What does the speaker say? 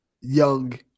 young